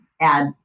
add